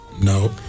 No